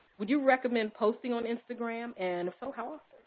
would you recommend posting on instagram and, if so, how ah